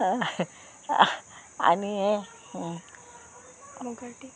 आनी